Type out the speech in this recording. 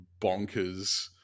bonkers